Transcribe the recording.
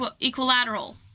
equilateral